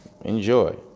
Enjoy